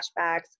flashbacks